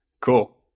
cool